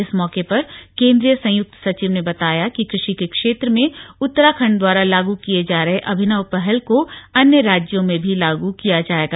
इस मौके पर केंदीय संयुक्त सचिव ने बताया कि कृषि के क्षेत्र में उत्तराखण्ड द्वारा लागू किये जा रहे अभिनव पहल को अन्य राज्यों में भी लागू किया जाएगा